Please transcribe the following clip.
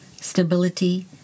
stability